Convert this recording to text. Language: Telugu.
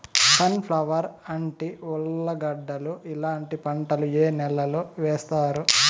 సన్ ఫ్లవర్, అంటి, ఉర్లగడ్డలు ఇలాంటి పంటలు ఏ నెలలో వేస్తారు?